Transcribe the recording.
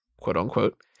quote-unquote